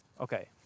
Okay